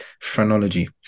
phrenology